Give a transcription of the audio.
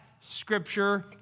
Scripture